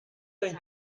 sein